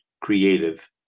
creative